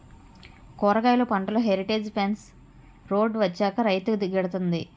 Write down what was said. కూరగాయలు పంటలో heritage fence road వచ్చాక రైతుకు గిడతంది